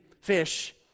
fish